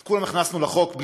את כולם הכנסנו לחוק.